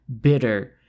bitter